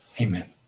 Amen